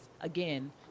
again